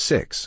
Six